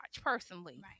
personally